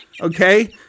Okay